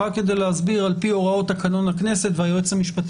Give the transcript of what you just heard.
על פי הוראות תקנון הכנסת והיועץ המשפטי